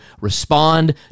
respond